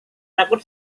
takut